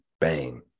Bang